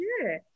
Sure